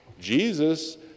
Jesus